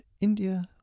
India